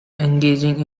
engaging